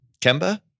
Kemba